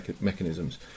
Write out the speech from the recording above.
mechanisms